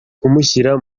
kumushyira